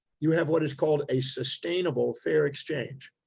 you have what is called a sustainable fair exchange.